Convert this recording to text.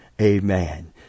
Amen